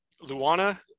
Luana